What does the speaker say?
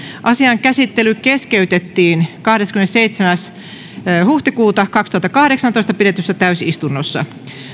asian käsittely keskeytettiin kahdeskymmenesseitsemäs neljättä kaksituhattakahdeksantoista pidetyssä täysistunnossa